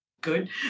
good